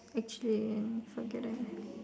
actually forget it